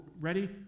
ready